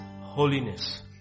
holiness